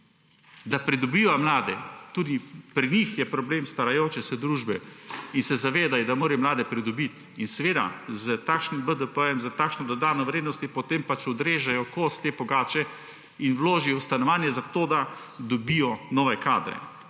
da pridobijo mlade. Tudi pri njih je problem starajoče se družbe in se zavedajo, da morajo mlade pridobiti. S takšnim BDP, s takšno dodano vrednostjo potem odrežejo kos te pogače in vložijo v stanovanje, zato da dobijo nove kadre.